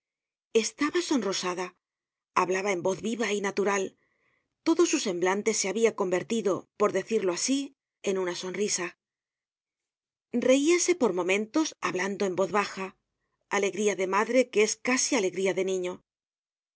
estaba sonrosada hablaba en voz viva y natural todo su semblante se habia convertido por decirlo asi en una sonrisa reíase por momentos hablando en voz baja alegría de madre que es casi alegría de niño